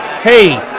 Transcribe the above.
Hey